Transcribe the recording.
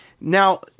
Now